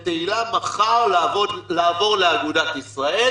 יציעו לתהילה מחר לעבור לאגודת ישראל